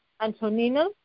Antonina